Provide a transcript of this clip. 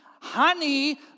honey